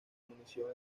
munición